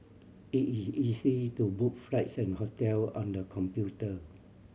it is easy to book flights and hotel on the computer